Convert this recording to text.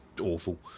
awful